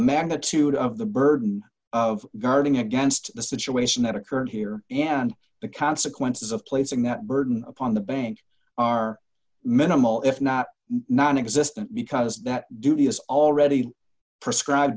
magnitude of the burden of guarding against the situation that occurred here and the consequences of placing that burden upon the bank are minimal if not nonexistent because that dubious already prescribed